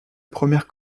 première